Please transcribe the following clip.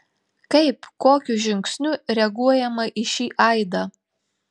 kaip kokiu žingsniu reaguojama į šį aidą